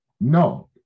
No